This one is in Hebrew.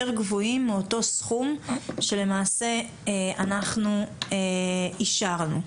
גבוהים מאותו סכום שלמעשה אנחנו אישרנו.